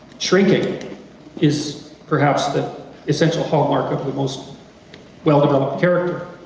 shrinking is perhaps the essential hallmark of the most well developed character,